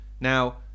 now